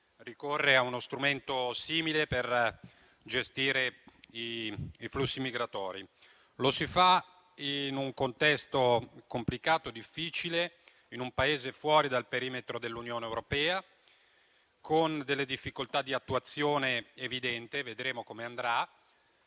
ricorre a uno strumento simile per gestire i flussi migratori. Lo si fa in un contesto complicato, in un Paese fuori dal perimetro dell'Unione europea, con delle difficoltà di attuazione evidenti. Vedremo come andrà.